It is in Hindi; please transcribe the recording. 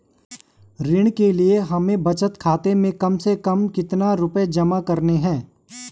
ऋण के लिए हमें बचत खाते में कम से कम कितना रुपये जमा रखने हैं?